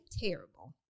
terrible